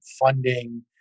funding